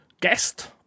guest